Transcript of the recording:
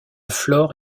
flore